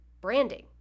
branding